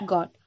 God